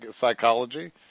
psychology